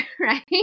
right